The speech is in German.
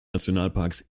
nationalparks